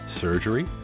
surgery